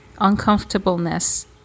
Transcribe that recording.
uncomfortableness